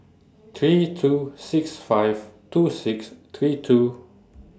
three two six five two six three two